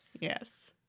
Yes